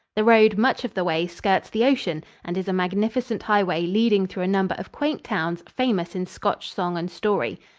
the road much of the way skirts the ocean and is a magnificent highway leading through a number of quaint towns famous in scotch song and story.